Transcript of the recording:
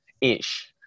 ish